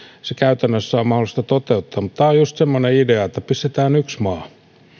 se käytännössä on mahdollista toteuttaa mutta tämä on just semmoinen idea että pistetään yksi maa